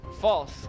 false